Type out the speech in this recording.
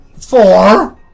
Four